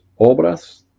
obras